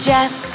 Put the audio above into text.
Jess